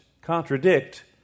contradict